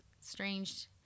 strange